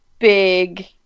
Big